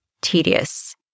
tedious